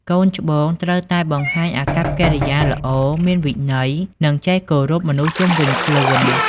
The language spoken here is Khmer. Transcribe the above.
កូនច្បងត្រូវតែបង្ហាញអាកប្បកិរិយាល្អ មានវិន័យ និងចេះគោរពមនុស្សជុំវិញខ្លួន។